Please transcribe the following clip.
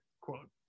quote